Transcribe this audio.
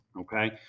Okay